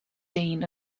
dean